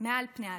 מעל פני האדמה.